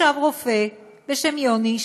ישב רופא בשם יוני,